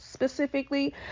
Specifically